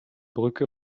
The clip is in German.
brücke